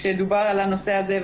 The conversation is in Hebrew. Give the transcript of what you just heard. כשדובר על הנושא הזה,